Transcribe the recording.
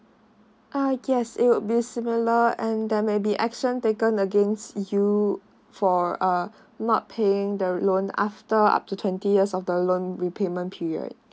ah yes it would be similar and there may be action taken against you for uh not paying the loan after up to twenty years of the loan repayment period